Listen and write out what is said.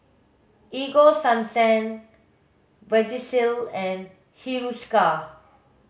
Ego Sunsense Vagisil and Hiruscar